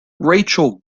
rachael